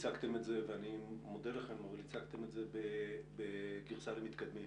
הצגתם את זה ואני מודה לכם בגרסה למתקדמים.